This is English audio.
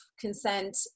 consent